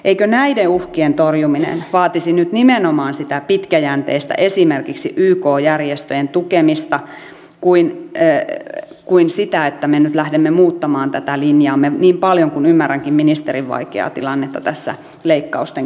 eikö näiden uhkien torjuminen vaatisi nyt nimenomaan sitä pitkäjänteistä esimerkiksi yk järjestöjen tukemista eikä sitä että me nyt lähdemme muuttamaan tätä linjaamme niin paljon kuin ymmärränkin ministerin vaikeaa tilannetta tässä leikkausten keskellä